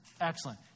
Excellent